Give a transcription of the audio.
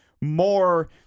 more